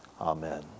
amen